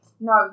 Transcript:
No